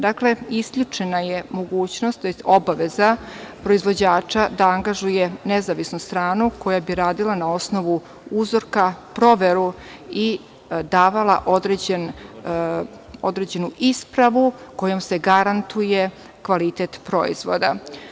Dakle, isključena je obaveza proizvođača da angažuje nezavisnu stranu koja bi radila na osnovu uzorka proveru i davala određenu ispravu kojom se garantuje kvalitet proizvoda.